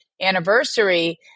anniversary